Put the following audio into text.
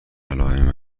علائم